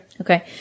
Okay